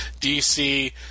DC